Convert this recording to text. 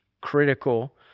critical